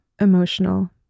emotional